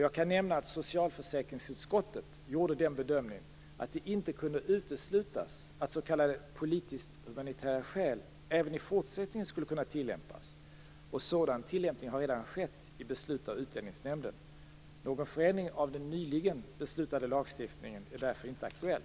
Jag kan nämna att socialförsäkringsutskottet gjorde den bedömningen att det inte kunde uteslutas att s.k. politisk-humanitära skäl även i fortsättningen skulle kunna tillämpas. Sådan tillämpning har redan skett i beslut av Utlänningsnämnden. Någon förändring av den nyligen beslutade lagstiftningen är därför inte aktuell.